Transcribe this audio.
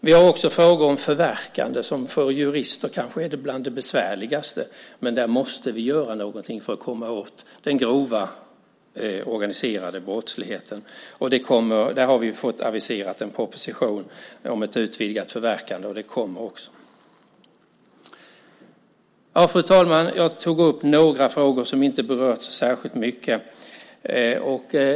Vi har också frågor om förverkande, som för jurister kanske är bland de besvärligaste. Där måste vi göra någonting för att komma åt den grova organiserade brottsligheten. Där har vi fått aviserat en proposition om ett utvidgat förverkande, och den kommer också. Fru talman! Jag tog upp några frågor som inte har berörts särskilt mycket.